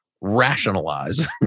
rationalize